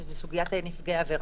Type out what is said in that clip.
שזו סוגיית נפגעי העבירה.